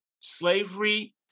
Slavery